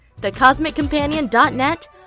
thecosmiccompanion.net